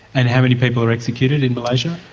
and how many people are executed in malaysia?